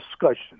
discussion